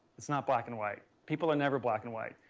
it's not black and white. people are never black and white.